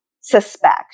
suspect